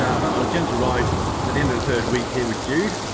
ah about a gentle ride at the end of the third week here with jude,